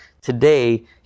Today